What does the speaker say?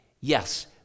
Yes